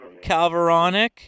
Calvaronic